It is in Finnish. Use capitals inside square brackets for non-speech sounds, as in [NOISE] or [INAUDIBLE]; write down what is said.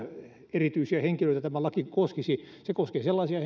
erityisiä henkilöitä tämä laki koskisi se koskee sellaisia [UNINTELLIGIBLE]